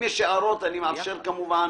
אם יש הערות, אני מאפשר כמובן.